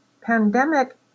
Pandemic